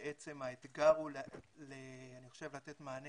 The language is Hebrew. בעצם האתגר הוא לתת מענה